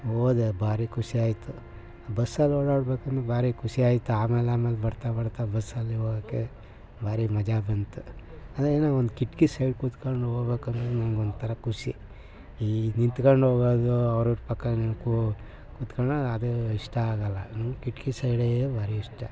ಹೋದೆ ಭಾರಿ ಖುಷಿಯಾಯಿತು ಬಸ್ಸಲ್ಲಿ ಓಡಾಡಬೇಕಂತ ಭಾರಿ ಖುಷಿಯಾಯ್ತು ಆಮೇಲಾಮೇಲೆ ಬರ್ತಾ ಬರ್ತಾ ಬಸ್ಸಲ್ಲಿ ಹೋಗಕ್ಕೆ ಭಾರಿ ಮಜಾ ಬಂತು ಅದೇನೋ ಒಂದು ಕಿಟಕಿ ಸೈಡ್ ಕುತ್ಕಂಡು ಹೋಗ್ಬೇಕನ್ನೋದು ನನ್ಗೊಂಥರ ಖುಷಿ ಈ ನಿಂತ್ಕಂಡ್ಹೋಗೋದು ಅವರಿವ್ರ ಪಕ್ಕ ನಿಂತು ಕುತ್ಕಳೊದ್ ಅದು ಇಷ್ಟ ಆಗಲ್ಲ ನಂಗೆ ಕಿಟಕಿ ಸೈಡೇ ಭಾರಿ ಇಷ್ಟ